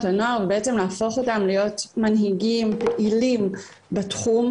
הנוער ובעצם להפוך אותם להיות מנהיגים פעילים בתחום,